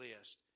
list